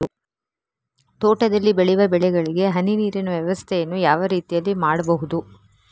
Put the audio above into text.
ತೋಟದಲ್ಲಿ ಬೆಳೆಯುವ ಬೆಳೆಗಳಿಗೆ ಹನಿ ನೀರಿನ ವ್ಯವಸ್ಥೆಯನ್ನು ಯಾವ ರೀತಿಯಲ್ಲಿ ಮಾಡ್ಬಹುದು?